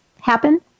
happen